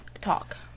talk